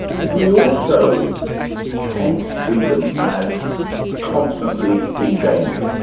we also tend to see them as constantly in danger,